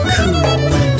Cool